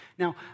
Now